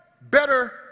better